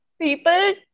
people